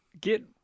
Get